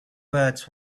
birds